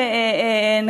אנחנו